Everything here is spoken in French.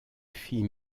fis